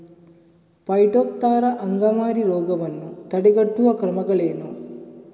Phytophthora ಅಂಗಮಾರಿ ರೋಗವನ್ನು ತಡೆಗಟ್ಟುವ ಕ್ರಮಗಳೇನು?